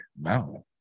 Mountain